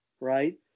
right